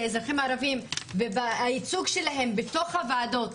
אזרחים ערביים והייצוג שלהם בתוך הוועדות,